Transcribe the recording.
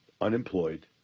unemployed